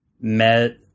Met